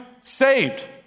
saved